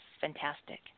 fantastic